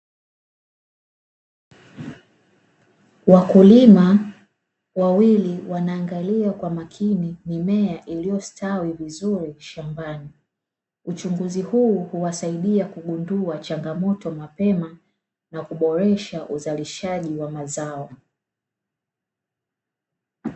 Wakulima wawili wanaangalia kwa makini mimea iliyostawi vizuri shambani, uchunguzi huu huwasaidia kugundua changamoto mapema na kuboresha uzalishaji wa mazao.